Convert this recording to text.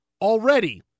Already